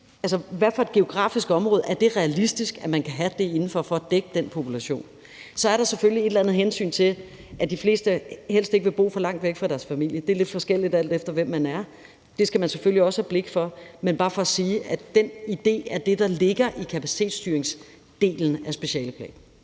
hvilket geografisk område det er realistisk at man kan have det inden for for at dække den population. Så er der selvfølgelig et eller andet hensyn til, at de fleste helst ikke vil bo for langt væk fra deres familie. Det er lidt forskelligt, alt efter hvem man er. Det skal man selvfølgelig også have blik for. Men det er bare for at sige, at det er den idé, der ligger i kapacitetsstyringsdelen af specialeplanen.